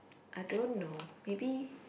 I don't know maybe